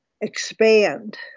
expand